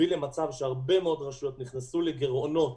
הביא למצב שהרבה מאוד רשויות נכנסו לגירעונות,